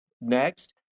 next